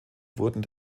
wurden